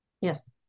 Yes